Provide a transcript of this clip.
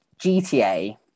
GTA